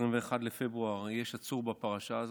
מ-21 בפברואר יש עצור בפרשה הזאת.